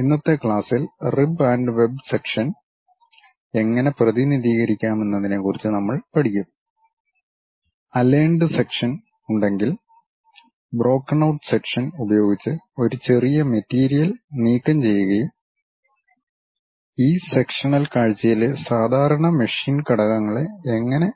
ഇന്നത്തെ ക്ലാസ്സിൽ rib and web section എങ്ങനെ പ്രതിനിധീകരിക്കാമെന്നതിനെക്കുറിച്ച് നമ്മൾ പഠിക്കും അലൈൻഡ് സെക്ഷൻ സെക്ഷൻ ഉണ്ടെങ്കിൽ ബ്രോക്കൻ ഔട്ട് സെക്ഷൻ ഉപയോഗിച്ച് ഒരു ചെറിയ മെറ്റീരിയൽ നീക്കംചെയ്യുകയും ഈ സെക്ഷനൽ കാഴ്ചയിലെ സാധാരണ മെഷീൻ ഘടകങ്ങളെ എങ്ങനെ